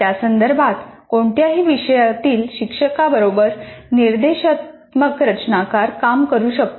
त्या संदर्भात कोणत्याही विषयातील शिक्षकाबरोबर निर्देशात्मक रचनाकार काम करू शकतो